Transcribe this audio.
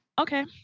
okay